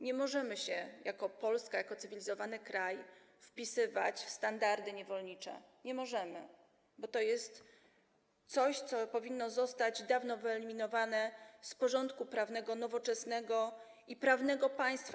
Nie możemy się jako Polska, jako cywilizowany kraj wpisywać w standardy niewolnicze, nie możemy, bo to jest coś, co powinno zostać dawno wyeliminowane z porządku prawnego nowoczesnego i prawnego państwa.